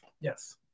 Yes